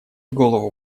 голову